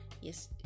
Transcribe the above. Yes